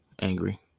angry